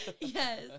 yes